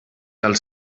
als